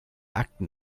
akten